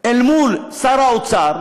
אל מול שר האוצר,